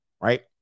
Right